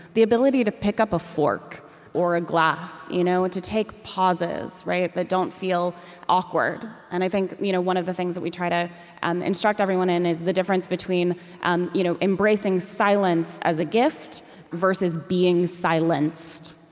the ability to pick up a fork or a glass, you know to take pauses that but don't feel awkward. and i think you know one of the things that we try to and instruct everyone in is the difference between um you know embracing silence as a gift versus being silenced.